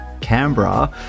Canberra